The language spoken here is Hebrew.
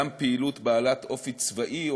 גם פעילות בעלת אופי צבאי,